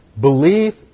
Belief